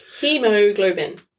hemoglobin